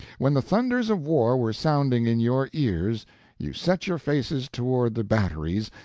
when the thunders of war were sounding in your ears you set your faces toward the batteries,